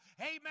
amen